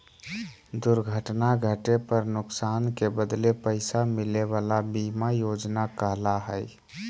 दुर्घटना घटे पर नुकसान के बदले पैसा मिले वला बीमा योजना कहला हइ